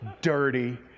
dirty